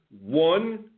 one